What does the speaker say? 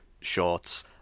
shorts